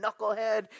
knucklehead